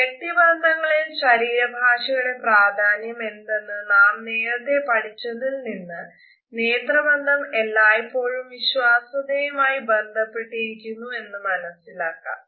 വ്യക്തിബന്ധങ്ങളിൽ ശരീരഭാഷയുടെ പ്രാധാന്യമെന്തെന്ന് നാം നേരത്തെ പഠിച്ചതിൽ നിന്ന് നേത്രബന്ധം എല്ലായ്പോഴും വിശ്വസ്തതയുമായ് ബന്ധപ്പെട്ടിരിക്കുന്നതായി മനസിലാക്കാം